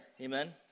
Amen